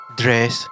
dress